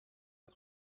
pas